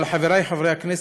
אבל חברי חברי הכנסת,